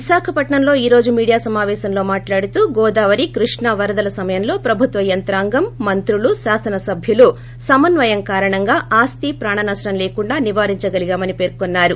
విశాఖపట్సంలో ఈరోజు మీడియో సమాపేశంలో మాట్లాడుతూ గోదావరి కృష్ణా వరదల సమయంలో ప్రభుత్వ యంత్రాంగం మంత్రులు శాసనసభ్యులు సమన్నయం కారణంగా ఆస్తి ప్రాణ నష్టం లేకుండా నివారించగలిగామని పేర్కున్నారు